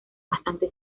bastante